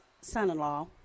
son-in-law